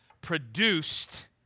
produced